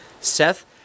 Seth